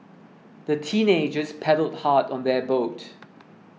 the teenagers paddled hard on their boat